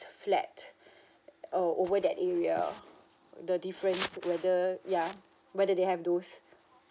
flat oh over that area the difference whether ya whether they have those